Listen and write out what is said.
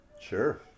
sure